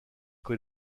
que